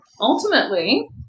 ultimately